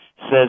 says